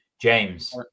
James